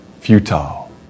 futile